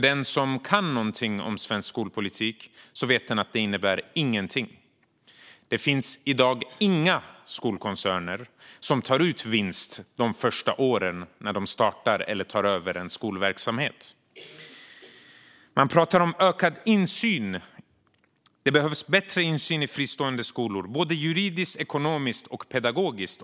Den som kan någonting om svensk skolpolitik vet att det inte innebär någonting. Det finns i dag inga skolkoncerner som tar ut vinst de första åren när de startar eller tar över en skolverksamhet. Man pratar om ökad insyn. Det behövs bättre insyn i fristående skolor, både juridiskt, ekonomiskt och pedagogiskt.